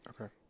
okay